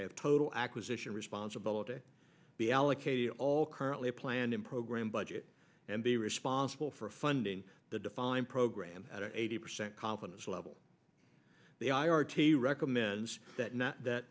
have total acquisition responsibility be allocated all currently planned in program budget and be responsible for funding the defined program at eighty percent confidence level the i r t recommends that